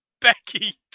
Becky